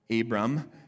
Abram